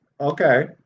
Okay